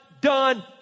done